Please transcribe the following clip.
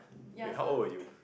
wait how old are you